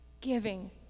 giving